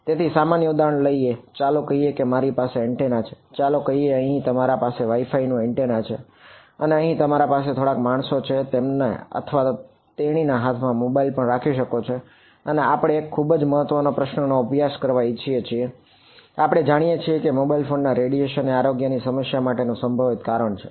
તેથી સામાન્ય ઉદાહરણ લઈએ ચાલો કહીએ કે મારી પાસે એન્ટેના એ આરોગ્યની સમસ્યા માટેનું સંભવિત કારણ છે